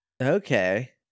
Okay